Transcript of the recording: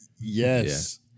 Yes